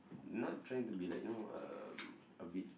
not trying to be like you know um a bit